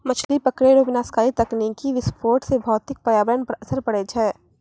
मछली पकड़ै रो विनाशकारी तकनीकी विस्फोट से भौतिक परयावरण पर असर पड़ै छै